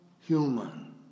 human